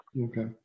Okay